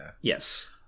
Yes